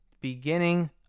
beginning